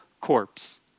corpse